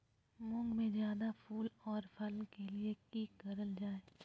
मुंग में जायदा फूल और फल के लिए की करल जाय?